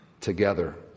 together